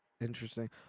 interesting